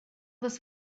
this